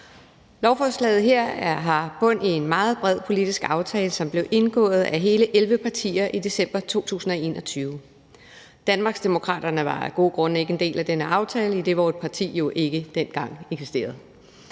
Lovforslaget her har bund i en meget bred politisk aftale, som blev indgået af hele 11 partier i december 2021. Danmarksdemokraterne var af gode grunde ikke en del af denne aftale, idet vort parti jo ikke dengang eksisterede.